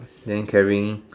then carrying